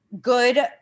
good